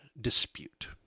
dispute